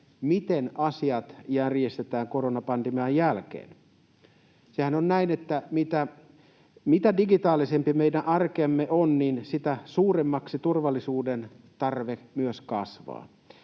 miten asiat järjestetään koronapandemian jälkeen. Sehän on näin, että mitä digitaalisempi meidän arkemme on, sitä suuremmaksi myös turvallisuuden tarve kasvaa.